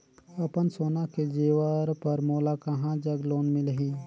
अपन सोना के जेवर पर मोला कहां जग लोन मिलही?